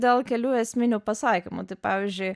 dėl kelių esminių pasakymų tai pavyzdžiui